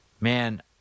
Man